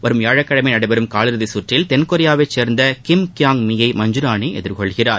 வரும் வியாழக்கிழமை நடைபெறும் காலிறதி சுற்றில் தெள் கொரியாவைச் சேர்ந்த கிம் கியாங் மி யை மஞ்சு ராணி எதிர்கொள்கிறார்